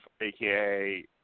aka